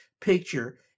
picture